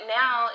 now